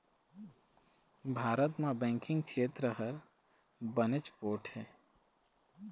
भारत म बेंकिंग छेत्र ह बनेच पोठ हे